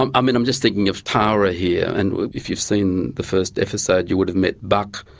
um mean i'm just thinking of tara here, and if you've seen the first episode you would have met buck,